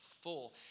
full